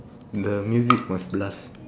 the music must blast